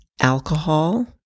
alcohol